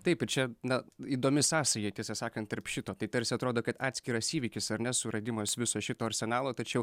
taip ir čia na įdomi sąsaja tiesą sakant tarp šito tai tarsi atrodo kad atskiras įvykis ar ne suradimas viso šito arsenalo tačiau